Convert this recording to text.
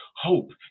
hope